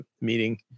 meeting